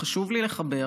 וחשוב לי לחבר.